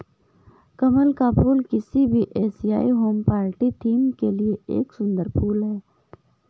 कमल का फूल किसी भी एशियाई होम पार्टी थीम के लिए एक सुंदर फुल है